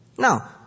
Now